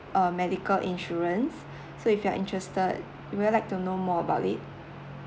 uh medical insurance so if you're interested would you like to know more about it